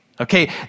okay